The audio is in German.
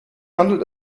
handelt